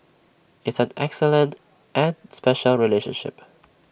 it's an excellent and special relationship